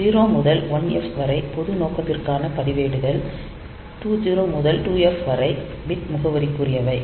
0 முதல் 1f வரை பொது நோக்கத்திற்கான பதிவேடுகள் 20 முதல் 2F வரை பிட் முகவரிக்குரியவை